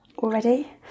already